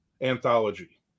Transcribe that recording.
anthology